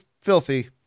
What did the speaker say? filthy